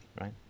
right